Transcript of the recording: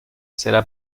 será